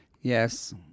Yes